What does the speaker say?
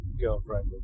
girlfriend